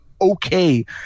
okay